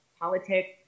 politics